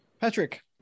Patrick